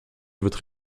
votre